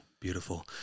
beautiful